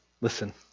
listen